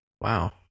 Wow